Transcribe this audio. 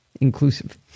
Inclusive